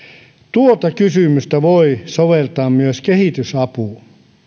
tuota kysymystä voi soveltaa myös kehitysapuun